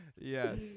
Yes